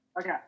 Okay